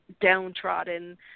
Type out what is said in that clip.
downtrodden